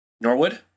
Norwood